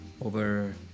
over